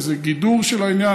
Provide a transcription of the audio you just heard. איזה גידור של העניין,